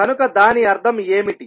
కనుక దాని అర్థం ఏమిటి